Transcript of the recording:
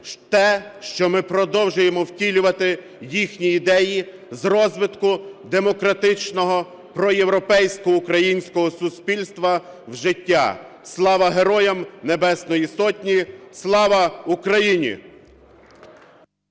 те, що ми продовжуємо втілювати їхні ідеї з розвитку демократичного проєвропейського українського суспільства в життя. Слава Героям Небесної Сотні! Слава Україні!